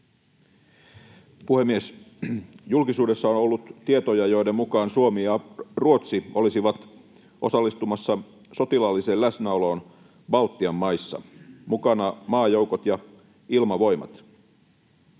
puhemies! Julkisuudessa on ollut tietoja, joiden mukaan Suomi ja Ruotsi olisivat osallistumassa sotilaalliseen läsnäoloon Baltian maissa, mukana maajoukot ja ilmavoimat.